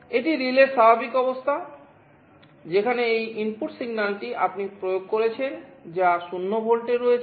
এটি রিলের স্বাভাবিক অবস্থা যেখানে এই ইনপুট সিগন্যালটি আপনি প্রয়োগ করছেন যা 0 ভোল্টে রয়েছে